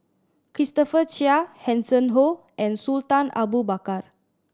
Christopher Chia Hanson Ho and Sultan Abu Bakar